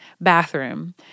bathroom